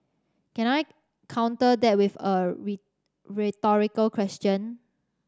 can I counter that with a rhetorical question